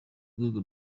rwego